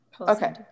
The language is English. Okay